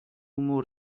more